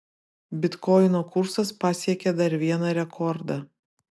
bitkoino kursas pasiekė dar vieną rekordą